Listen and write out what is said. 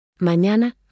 Mañana